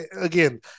again